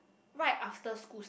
right after schools